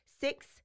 Six